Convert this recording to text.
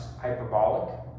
hyperbolic